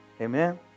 Amen